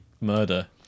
murder